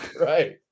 right